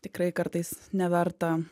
tikrai kartais neverta